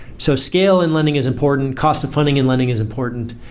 so scale and lending is important, cost of funding and lending is important.